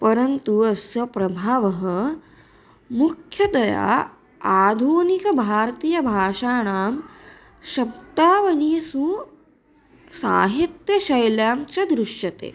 परन्तु अस्य प्रभावः मुख्यतया आधुनिकभारतीयभाषाणां शब्दावलिषु साहित्यशैल्यां च दृश्यते